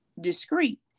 discreet